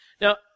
Now